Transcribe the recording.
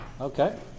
Okay